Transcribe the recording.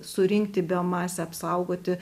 surinkti biomasę apsaugoti